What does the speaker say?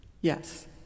Yes